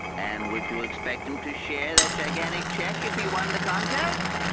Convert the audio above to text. and would you expect him to share that gigantic check if he won the contest?